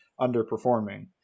underperforming